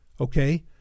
okay